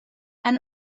and